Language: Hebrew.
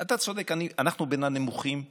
אתה צודק, אנחנו בין הנמוכים בעולם,